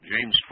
James